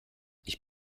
ich